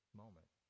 moment